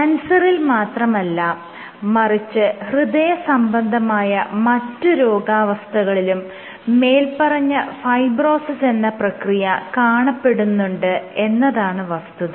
ക്യാൻസറിൽ മാത്രമല്ല മറിച്ച് ഹൃദയസംബന്ധമായ മറ്റ് രോഗാവസ്ഥകളിലും മേല്പറഞ്ഞ ഫൈബ്രോസിസ് എന്ന പ്രക്രിയ കാണപ്പെടുന്നുണ്ട് എന്നതാണ് വസ്തുത